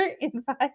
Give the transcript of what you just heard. invite